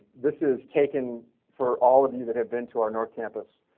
this is taken for all of you that have been to our north campus.